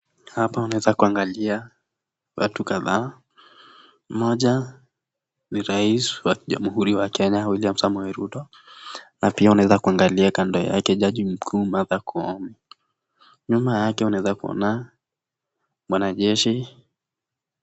Hapa unaweza kuangalia watu kadhaa. Mmoja ni rais wa jamuhuri ya Kenya Wiliam Samuei Ruto na pia unaweza kuangalia kando yake jaji mkuu Martha Koome. Nyuma yake unaweza kuona mwanajeshi.